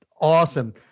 awesome